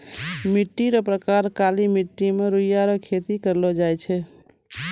मिट्टी रो प्रकार काली मट्टी मे रुइया रो खेती करलो जाय छै